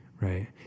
right